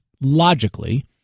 logically